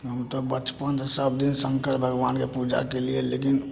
हम तऽ बचपन से सब दिन शंकर भगबानके पूजा केलियै लेकिन